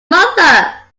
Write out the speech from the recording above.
mother